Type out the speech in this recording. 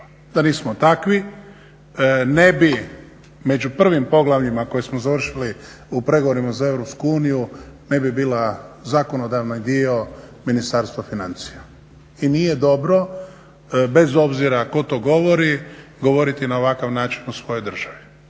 Da nismo takvi ne bi među prvim poglavljima koje smo završili u pregovorima za Europsku uniju ne bi bila zakonodavni dio Ministarstva financija. I nije dobro, bez obzira ko to govori govoriti na ovakav način o svojoj državi.